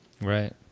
Right